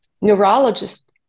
neurologist